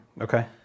okay